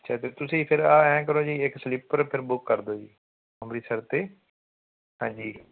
ਅੱਛਾ ਅਤੇ ਤੁਸੀਂ ਫਿਰ ਆ ਐਂ ਕਰੋ ਜੀ ਇੱਕ ਸਲੀਪਰ ਫਿਰ ਬੁੱਕ ਕਰ ਦਿਓ ਜੀ ਅੰਮ੍ਰਿਤਸਰ ਅਤੇ ਹਾਂਜੀ